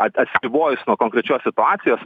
at atsiribojus nuo konkrečios situacijos